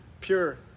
pure